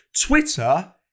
Twitter